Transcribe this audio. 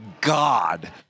God